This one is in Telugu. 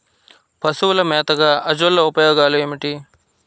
పశువుల మేతగా అజొల్ల ఉపయోగాలు ఏమిటి?